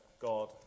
God